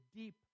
deep